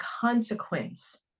consequence